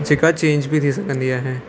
जेका चेंज बि थी सघंदी आहे